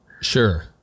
Sure